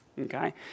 Okay